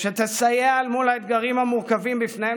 שתסייע אל מול האתגרים המורכבים שבפניהם